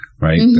right